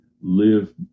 live